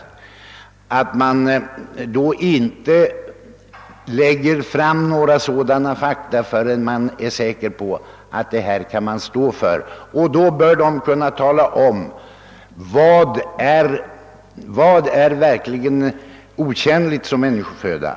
Jag förutsätter också att det inte läggs fram några påståenden förrän man är säker på att man kan stå för dem. Man bör kunna tala om vad som verkligen är tjänligt eller otjänligt som människoföda.